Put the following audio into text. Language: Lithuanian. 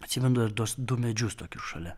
atsimenu dar tuos du medžius tokius šalia